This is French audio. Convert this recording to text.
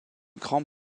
grand